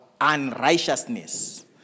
unrighteousness